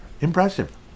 Impressive